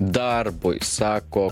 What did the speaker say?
darbui sako